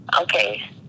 okay